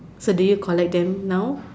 so do you collect them now